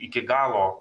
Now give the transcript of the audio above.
iki galo